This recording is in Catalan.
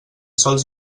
sols